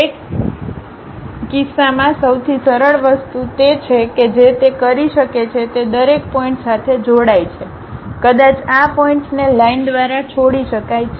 તે કિસ્સામાં સૌથી સરળ વસ્તુતે છે કે જે તે કરી શકે છે તે દરેક પોઇન્ટ્સ સાથે જોડાય છે કદાચ આ પોઇન્ટ્સને લાઈન દ્વારા છોડી શકાય છે